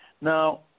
Now